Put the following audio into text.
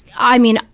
i mean,